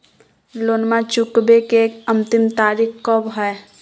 लोनमा चुकबे के अंतिम तारीख कब हय?